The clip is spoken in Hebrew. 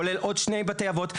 כולל עוד שני בתי אבות,